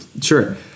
sure